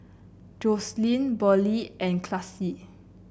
Joselyn Burley and Classie